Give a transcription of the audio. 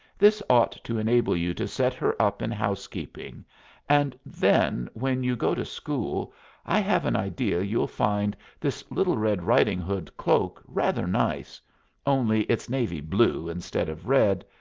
this ought to enable you to set her up in housekeeping and then when you go to school i have an idea you'll find this little red-riding-hood cloak rather nice only it's navy blue instead of red,